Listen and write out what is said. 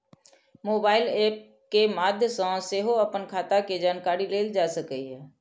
mobile app के माध्य सं सेहो अपन खाता के जानकारी लेल जा सकैए